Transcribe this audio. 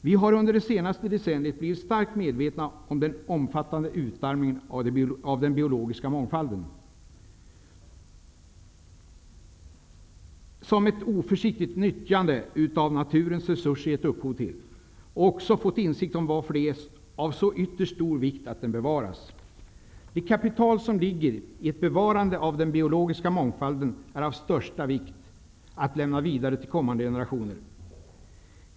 Vi har under det senaste decenniet blivit starkt medvetna om den omfattande utarmning av den biologiska mångfalden som ett oförsiktigt nyttjande av naturens resurser gett upphov till, och vi har också fått insikt om varför det är av så ytterst stor vikt att den bevaras. Det kapital som ligger i ett bevarande av den biologiska mångfalden är av största vikt att lämna vidare till kommande generationer.